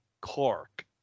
Clark